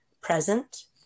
present